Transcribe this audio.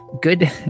Good